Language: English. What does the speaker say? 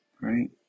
right